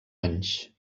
anys